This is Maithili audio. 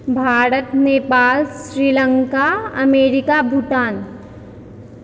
भारत नेपाल श्रीलङ्का मेरिका भूटान